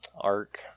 arc